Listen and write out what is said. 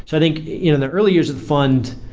so think you know the early years of the fund,